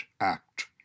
act